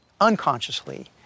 unconsciously